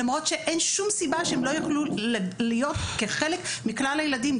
למרות שאין שום סיבה שהם לא יוכלו להיות כחלק מכלל הילדים.